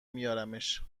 میارمش